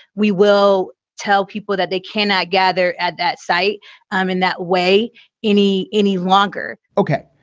we will tell people that they cannot gather at that site um in that way any any longer ok,